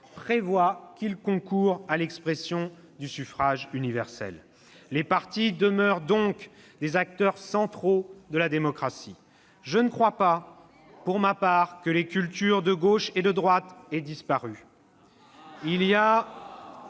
prévoie qu'ils concourent à l'expression du suffrage universel. Les partis demeurent donc des acteurs centraux de la démocratie. « Je ne crois pas, pour ma part, que les cultures de gauche et de droite aient disparu.